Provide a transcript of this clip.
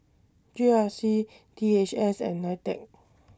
G R C D H S and NITEC